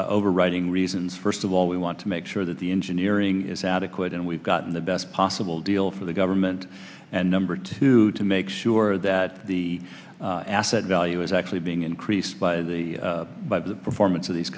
overriding reasons first of all we want to make sure that the engineering is adequate and we've gotten the best possible deal for the government and number two to make sure that the asset value is actually being increased by the performance of these